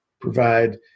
provide